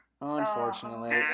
Unfortunately